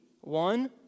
one